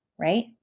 right